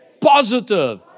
positive